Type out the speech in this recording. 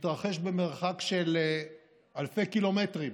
שמתרחש במרחק של אלפי קילומטרים,